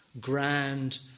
grand